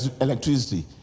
electricity